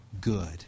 good